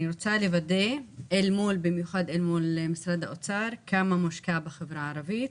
אני רוצה לוודא אל מול משרד האוצר כמה מושקע בחברה הערבית.